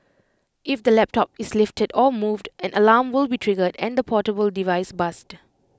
if the laptop is lifted or moved an alarm will be triggered and the portable device buzzed